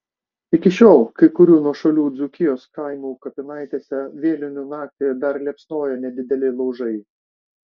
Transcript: iki šiol kai kurių nuošalių dzūkijos kaimų kapinaitėse vėlinių naktį dar liepsnoja nedideli laužai